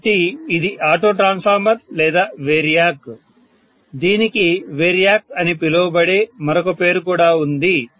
కాబట్టి ఇది auto transformer లేదా వేరియాక్ దీనికి వేరియాక్ అని పిలువబడే మరొక పేరు కూడా ఉంది